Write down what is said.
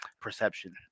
perception